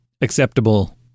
acceptable